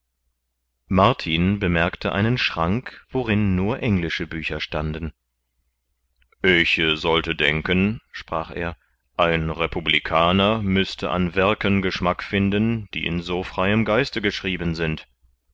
martin bemerkte einen schrank worin nur englische bücher standen ich sollte denken sprach er ein republicaner müßte an werken geschmack finden die in so freiem geiste geschrieben sind